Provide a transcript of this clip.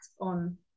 on